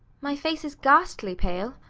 my face is ghastly pale,